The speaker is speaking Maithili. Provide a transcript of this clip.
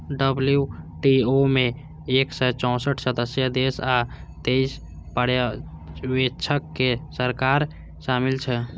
डब्ल्यू.टी.ओ मे एक सय चौंसठ सदस्य देश आ तेइस पर्यवेक्षक सरकार शामिल छै